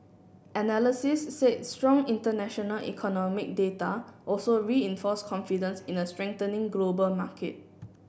analysis said strong international economic data also reinforced confidence in a strengthening global market